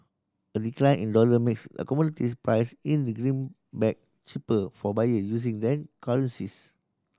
a decline in the dollar makes a commodities priced in the greenback cheaper for buyer using then currencies